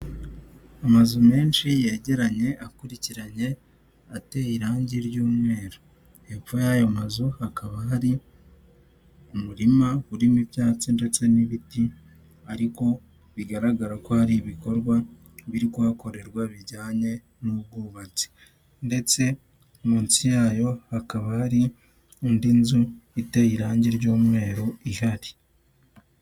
Amazu menshi yegeranye, akurikiranye, ateye irangi ry'umweru, hepfo y'ayo mazu hakaba hari umurima urimo ibyatsi ndetse n'ibiti ariko bigaragara ko hari ibikorwa biri kuhakorerwa bijyanye n'ubwubatsi, ndetse munsi yayo hakaba hari indi nzu iteye irangi ry'mweru ihari.